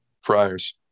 Friars